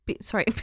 Sorry